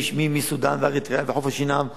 מסודן ואריתריאה וחוף-השנהב וכו'